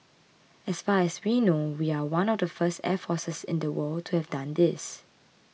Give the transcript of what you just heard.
as far as we know we are one of the first air forces in the world to have done this